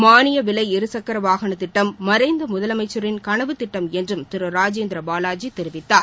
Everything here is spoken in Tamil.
மானிய விலை இருசக்கர வாகனத் திட்டம் மறைந்த முதலமைச்சரின் கனவுத் திட்டம் என்றும் திரு ராஜேந்திர பாலாஜி தெரிவித்தார்